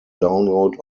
download